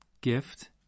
gift